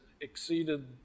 exceeded